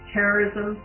Terrorism